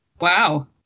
Wow